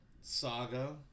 saga